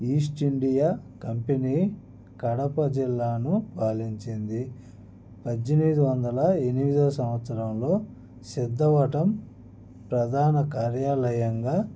east India Company Kadapa జిల్లాను పాలించింది పద్దెనిమిది వందల ఎనిమిదో సంవత్సరంలో సిద్ధవటం ప్రధాన కార్యాలయంగా